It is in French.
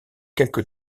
quelque